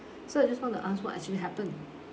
so I just want to ask what actually happened